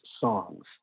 songs